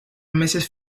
meses